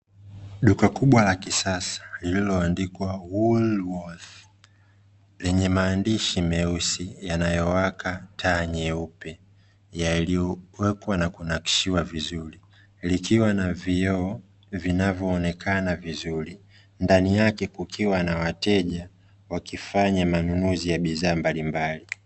Duka kubwa la kisasa lililoandikwa "woolworths" lenye maandishi meusi yanayowaka taa nyeupe, yaliyowekwa na kunakshiwa vizuri